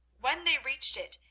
when they reached it,